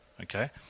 okay